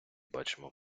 бачимо